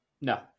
No